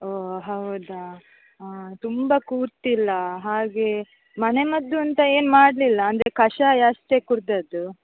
ಓ ಹೌದಾ ತುಂಬ ಕೂರ್ತಿಲ್ಲ ಹಾಗೆ ಮನೆ ಮದ್ದು ಅಂತ ಏನು ಮಾಡಲಿಲ್ಲ ಅಂದರೆ ಕಷಾಯ ಅಷ್ಟೇ ಕುಡಿದದ್ದು